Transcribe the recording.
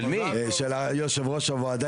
של היושב ראש הוועדה,